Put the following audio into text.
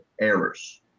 errors